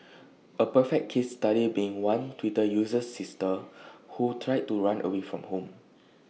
A perfect case study being one Twitter user's sister who tried to run away from home